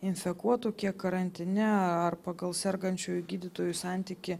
infekuotų kiek karantine ar pagal sergančiųjų gydytojų santykį